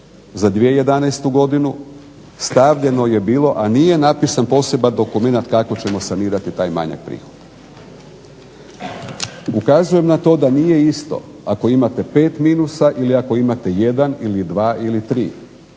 za 2011. godinu stavljeno je bilo, a nije napisan poseban dokumenat kako ćemo sanirati taj manjak prihoda. Ukazujem na to da nije isto ako imate 5 minusa ili ako imate 1 ili 2 ili 3,